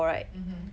mmhmm